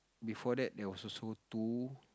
before that there was also two